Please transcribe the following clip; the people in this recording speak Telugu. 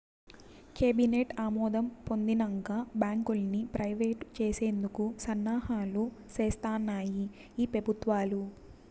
కేబినెట్ ఆమోదం పొందినంక బాంకుల్ని ప్రైవేట్ చేసేందుకు సన్నాహాలు సేస్తాన్నాయి ఈ పెబుత్వాలు